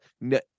No